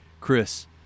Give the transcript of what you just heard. Chris